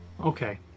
Okay